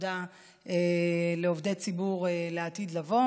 עתודה לעובדי ציבור לעתיד לבוא